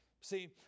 See